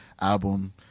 album